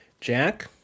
Jack